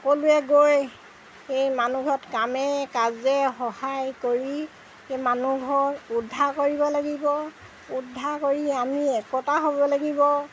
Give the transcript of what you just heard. সকলোৱে গৈ এই মানুহত কামে কাজে সহায় কৰি এই মানুহ ঘৰ উদ্ধাৰ কৰিব লাগিব উদ্ধাৰ কৰি আমি একতা হ'ব লাগিব